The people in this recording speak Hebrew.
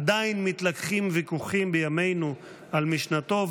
עדיין מתלקחים ויכוחים בימינו על משנתו,